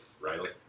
Riley